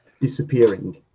disappearing